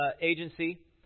agency